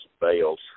bales